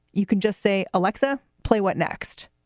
you can just say, alexa, play. what next?